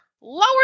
lower